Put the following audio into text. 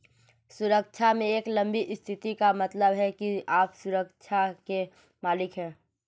सुरक्षा में एक लंबी स्थिति का मतलब है कि आप सुरक्षा के मालिक हैं